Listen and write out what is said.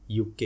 UK